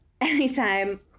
Anytime